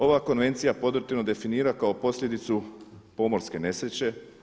Ova konvencija podrtinu definira kao posljedicu pomorske nesreće.